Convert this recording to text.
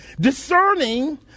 Discerning